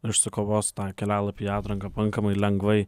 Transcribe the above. išsikovos tą kelialapį į atranką pakankamai lengvai